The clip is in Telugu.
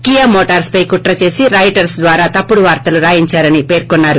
కియా మోటార్స్ పై కుట్ర చేస్ రాయిటర్స్ ద్వారా తప్పుడు వార్తలు రాయించారని పేర్కొన్నారు